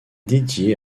dédiée